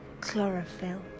chlorophyll